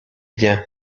biens